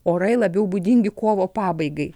orai labiau būdingi kovo pabaigai